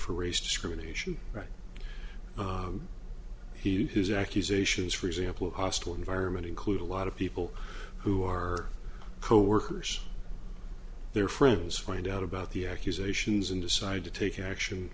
for race discrimination right he his accusations for example of a hostile environment include a lot of people who are coworkers their friends find out about the accusations and decide to take action